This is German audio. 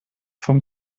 vom